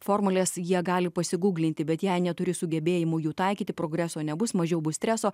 formulės jie gali pasiguglinti bet jei neturi sugebėjimų jų taikyti progreso nebus mažiau bus streso